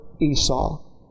Esau